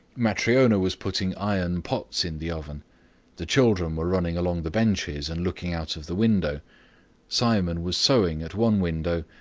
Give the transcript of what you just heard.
matryona was putting iron pots in the oven the children were running along the benches and looking out of the window simon was sewing at one window,